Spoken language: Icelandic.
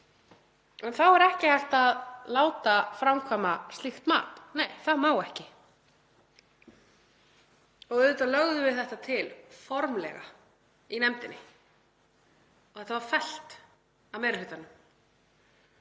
En þá er ekki hægt að láta framkvæma slíkt mat. Nei, það má ekki. Auðvitað lögðum við þetta til formlega í nefndinni og það var fellt af meiri hlutanum.